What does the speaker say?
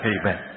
Amen